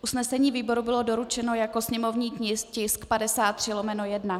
Usnesení výboru bylo doručeno jako sněmovní tisk 53/1.